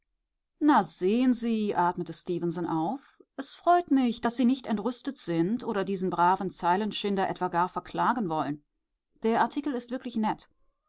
na sehen sie atmete stefenson auf es freut mich daß sie nicht entrüstet sind oder diesen braven zeilenschinder etwa gar verklagen wollen der artikel ist wirklich nett